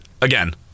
again